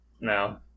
No